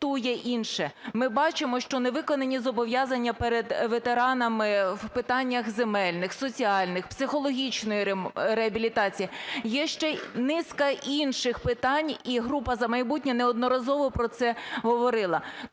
Ми бачимо, що не виконані зобов'язання перед ветеранами в питаннях земельних, соціальних, психологічної реабілітації, є ще й низка інших питань, і група "За майбутнє" неодноразово про це говорила.